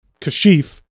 Kashif